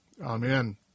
Amen